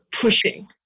pushing